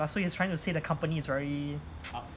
so he is trying to say the company is very